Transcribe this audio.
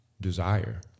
desire